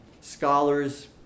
scholars